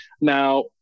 Now